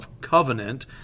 covenant